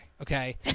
Okay